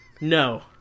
no